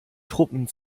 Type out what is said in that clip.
truppen